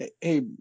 Hey